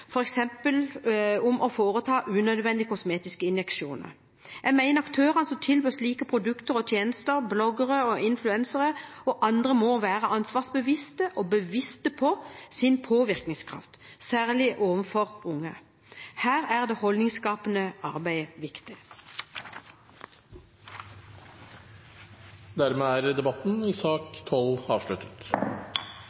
om f.eks. å foreta unødvendige kosmetiske injeksjoner. Jeg mener at aktører som tilbyr slike produkter og tjenester, bloggere og influensere og andre må være ansvarsbevisste og bevisste på sin påvirkningskraft, særlig overfor unge. Her er det holdningsskapende arbeidet viktig. Flere har ikke bedt om ordet til sak